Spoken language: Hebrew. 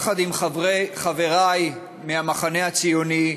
יחד עם חברי מהמחנה הציוני,